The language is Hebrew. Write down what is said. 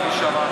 אני חושב.